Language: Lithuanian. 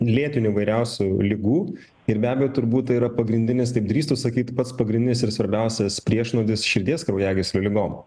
lėtinių įvairiausių ligų ir be abejo turbūt tai yra pagrindinis taip drįstu sakyt pats pagrindinis ir svarbiausias priešnuodis širdies kraujagyslių ligom